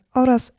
oraz